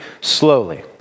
slowly